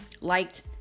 liked